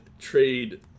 trade